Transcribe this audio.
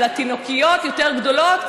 לתינוקיות יותר גדולות,